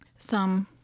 some,